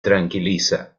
tranquiliza